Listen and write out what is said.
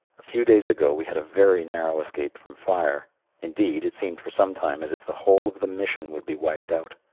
a few days ago we had a very narrow escape from fire indeed, it seemed for some time as if the whole of the mission would be wiped out.